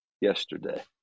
yesterday